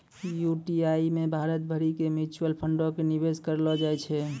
UTI मे भारत भरि के म्यूचुअल फंडो के निवेश करलो जाय छै